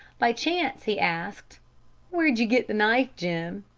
by chance he asked where did you get the knife, jim?